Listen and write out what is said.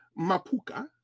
mapuka